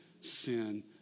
sin